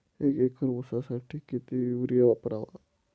एक एकर ऊसासाठी किती युरिया वापरावा?